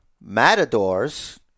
Matadors